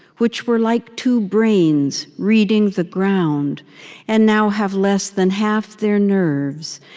which were like two brains, reading the ground and now have less than half their nerves,